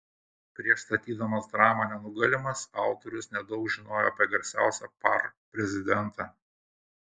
prieš statydamas dramą nenugalimas autorius nedaug žinojo apie garsiausią par prezidentą